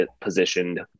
positioned